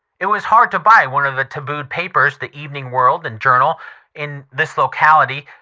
it was hard to buy one of the tabooed papers the evening world and journal in this locality,